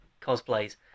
cosplays